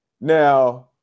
Now –